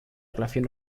relación